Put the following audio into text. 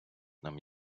нам